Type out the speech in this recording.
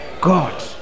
God